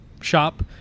shop